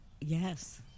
Yes